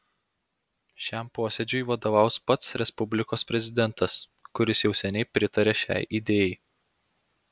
šiam posėdžiui vadovaus pats respublikos prezidentas kuris jau seniai pritaria šiai idėjai